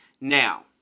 Now